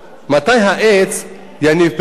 מתי העץ יניב פרות?